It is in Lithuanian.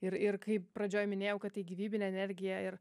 ir ir kaip pradžioj minėjau kad tai gyvybinė energija ir